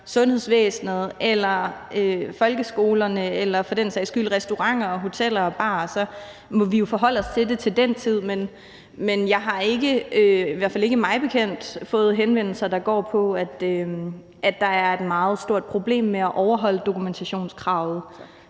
sundhedsvæsenet eller folkeskolerne eller for den sags skyld restauranter og hoteller og barer, må vi jo forholde os til det til den tid. Men jeg har ikke – i hvert fald ikke mig bekendt – fået henvendelser, der går på, at der er et meget stort problem med at overholde dokumentationskravet